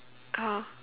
oh